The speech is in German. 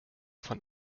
von